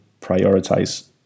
prioritize